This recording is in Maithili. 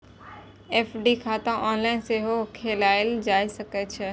एफ.डी खाता ऑनलाइन सेहो खोलाएल जा सकै छै